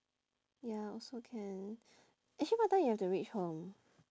ya also can actually what time you have to reach home